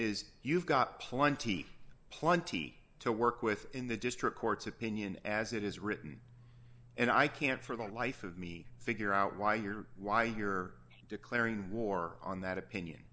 is you've got plenty plenty to work with in the district court's opinion as it is written and i can't for the life of me figure out why you're why you're declaring war on that opinion